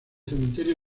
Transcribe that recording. cementerio